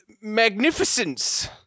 magnificence